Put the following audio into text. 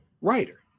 writer